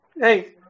Hey